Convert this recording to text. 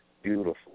Beautiful